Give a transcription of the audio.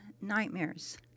nightmares